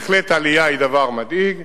בהחלט עלייה זה דבר מדאיג,